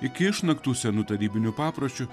iki išnaktų senu tarybinių papročiu